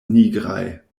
nigraj